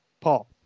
Paul